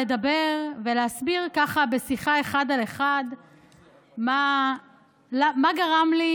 לדבר ולהסביר ככה בשיחה אחד על אחד מה גרם לי